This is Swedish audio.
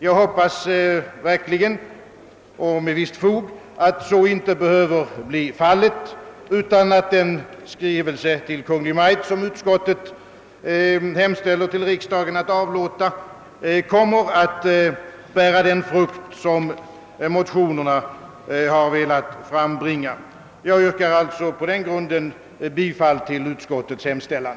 Jag hoppas verkligen — och har ett visst fog för den förhoppningen — att så inte behöver bli fallet, utan att den skrivelse till Kungl. Maj:t som utskottet hemställer att riksdagen skall avlåta kommer att bära den frukt som motionärerna åsyftar. Herr talman! Jag yrkar bifall till utskottets hemställan.